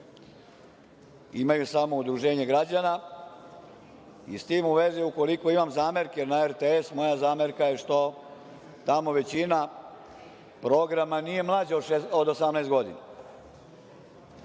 Imaju samo udruženje građana. I s tim u vezi, ukoliko imam zamerke na RTS, moja zamerka je što tamo većina programa nije za mlađe od 18 godina. Što